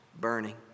burning